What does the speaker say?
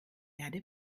erde